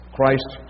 Christ